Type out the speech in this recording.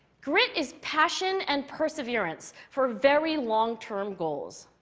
grit is passion and perseverance for very long-term goals.